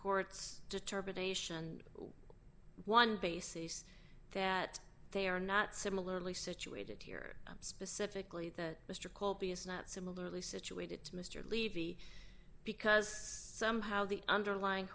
court's determination one basis that they are not similarly situated here specifically the mr copius not similarly situated to mr levy because somehow the underlying